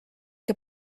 que